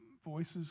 Voices